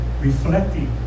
reflecting